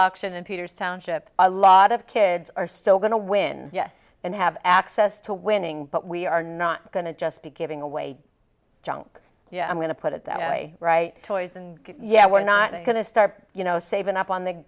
auction in peter's township a lot of kids are still going to win yes and have access to winning but we are not going to just be giving away junk yeah i'm going to put it that way right toys and yeah we're not going to start you know saving up on the